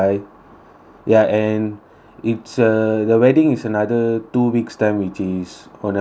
ya and it's uh the wedding is another two weeks time which is on uh wednesday